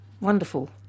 wonderful